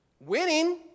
Winning